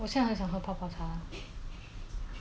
没有 leh 你就讲吃东西 but